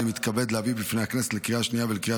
אני מתכבד להביא בפני הכנסת לקריאה השנייה ולקריאה